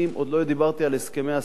עוד לא דיברתי על הסכמי השכר,